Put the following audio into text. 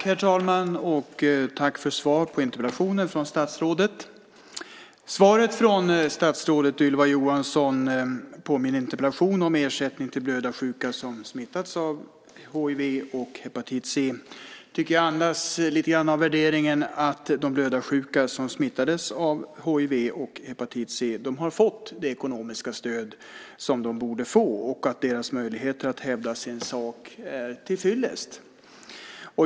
Herr talman! Jag tackar för statsrådets svar på interpellationen. Svaret från statsrådet Ylva Johansson på min interpellation om ersättning till blödarsjuka som smittats av hiv och hepatit C tycker jag andas lite grann av värderingen att de blödarsjuka som smittades av hiv och hepatit C har fått det ekonomiska stöd som de borde få och att deras möjligheter att hävda sin sak är tillfyllest.